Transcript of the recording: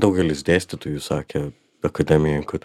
daugelis dėstytojų sakė akademijoj kad